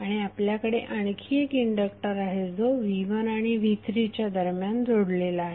आणि आपल्याकडे आणखी एक इंडक्टर आहे जो v1 आणि v3 यांच्या दरम्यान जोडलेला आहे